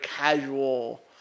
casual